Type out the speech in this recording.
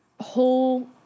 whole